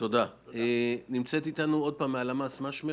למדד הסוציו